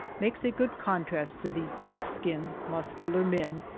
makes a good contrast to these dark-skinned, mus cular men,